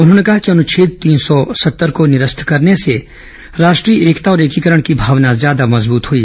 उन्होंने कहा कि अनुच्छेद तीन सौ सत्तर को निरस्त करने से राष्ट्रीय एकता और एकीकरण की भावना ज्यादा मजबूत हई